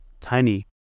tiny